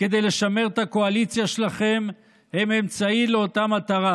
כדי לשמר את הקואליציה שלכם הם אמצעי לאותה מטרה,